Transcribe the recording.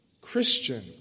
Christian